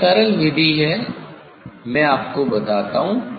यह सरल विधि है मैं आपको बताता हूँ